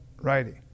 Righty